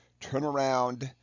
turnaround